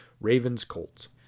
Ravens-Colts